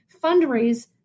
fundraise